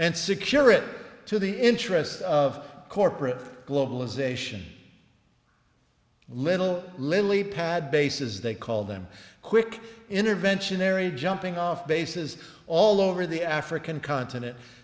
and secure it to the interests of corporate globalization little little ipad bases they call them quick intervention area jumping off bases all over the african continen